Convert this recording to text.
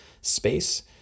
space